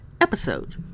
episode